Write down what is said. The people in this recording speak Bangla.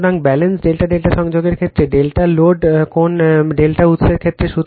সুতরাং ব্যালেন্সড ∆∆ সংযোগের ক্ষেত্রে ∆ লোড কোণ ∆ উত্সের ক্ষেত্রে